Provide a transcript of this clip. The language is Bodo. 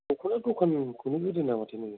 बेखौनो दखानखौनो होदो नामाथाय नों